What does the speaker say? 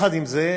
עם זה,